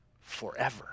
forever